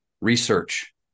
research